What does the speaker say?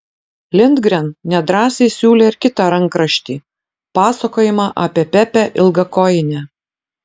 lindgren nedrąsiai siūlė ir kitą rankraštį pasakojimą apie pepę ilgakojinę